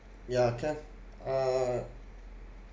yeah can uh